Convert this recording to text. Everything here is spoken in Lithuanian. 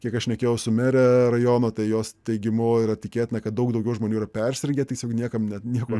kiek aš šnekėjau su mere rajono tai jos teigimu yra tikėtina kad daug daugiau žmonių yra persirgę tiesiog niekam net nieko